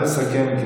מה השתנה בסעיף הזה?